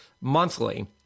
monthly